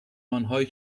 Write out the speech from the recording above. آنهایی